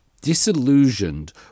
Disillusioned